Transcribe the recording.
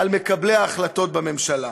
על מקבלי ההחלטות בממשלה.